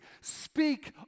Speak